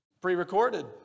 Pre-recorded